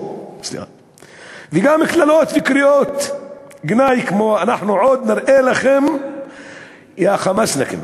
וגם קללות וקריאות גנאי כמו: אנחנו עוד נראה לכם יא-חמאסניקים.